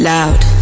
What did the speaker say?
Loud